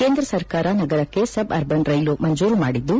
ಕೇಂದ್ರ ಸರ್ಕಾರ ನಗರಕ್ಷೆ ಸಬ್ ಅರ್ಬನ್ ರೈಲು ಮಂಜೂರು ಮಾಡಿದ್ದು